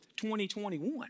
2021